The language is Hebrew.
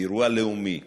או אירוע לאומי,